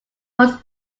was